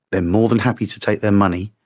they're more than happy to take their money,